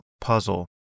puzzle